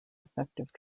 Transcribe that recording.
effective